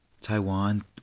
Taiwan